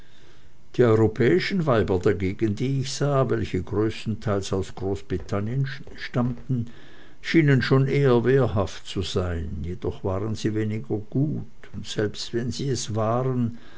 die europäischen weiber dagegen die ich sah welche größtenteils aus großbritannien herstammten schienen schon eher wehrhaft zu sein jedoch waren sie weniger gut und selbst wenn sie es waren